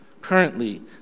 currently